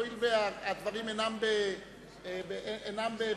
הואיל והדברים אינם במחלוקת,